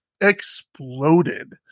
exploded